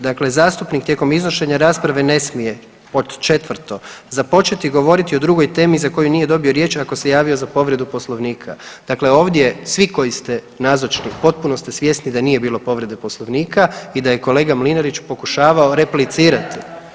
Dakle: „Zastupnik tijekom iznošenja rasprave ne smije“ pod 4. „započeti govoriti o drugoj temi za koju nije dobio riječ ako se javio za povredu Poslovnika.“ Dakle ovdje svi koji ste nazočni potpuno ste svjesni da nije bilo povrede Poslovnika i da je kolega Mlinarić pokušavao replicirati.